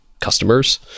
Customers